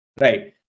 right